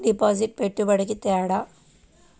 డిపాజిట్కి పెట్టుబడికి తేడా?